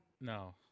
No